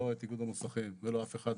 לא את איגוד המוסכים ולא אף אחד